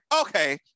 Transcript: Okay